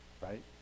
right